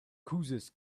causes